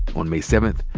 on may seventh,